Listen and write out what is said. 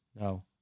No